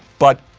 but.